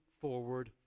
forward